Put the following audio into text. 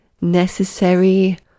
necessary